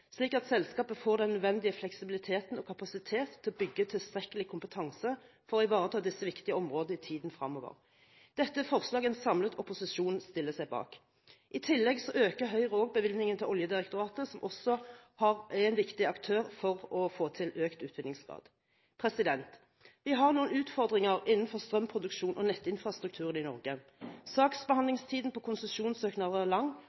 slik at selskapet får den nødvendige fleksibilitet og kapasitet til å bygge tilstrekkelig kompetanse for å ivareta disse viktige områdene i tiden fremover. Dette er forslag en samlet opposisjon stiller seg bak. I tillegg øker Høyre bevilgningene til Oljedirektoratet, som også er en viktig aktør for å få til økt utvinningsgrad. Vi har noen utfordringer innenfor strømproduksjon og nettinfrastrukturen i Norge. Saksbehandlingstiden på konsesjonssøknader er lang,